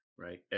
right